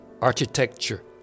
architecture